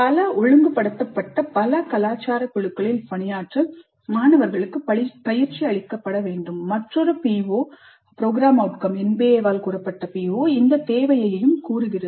பல ஒழுங்குபடுத்தப்பட்ட பல கலாச்சார குழுக்களில் பணியாற்ற மாணவர்களுக்கு பயிற்சி அளிக்கப்பட வேண்டும் மற்றொரு PO இந்த தேவையையும் கூறுகிறது